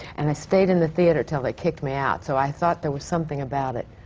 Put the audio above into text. and i stayed in the theatre until they kicked me out. so i thought there was something about it.